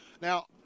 Now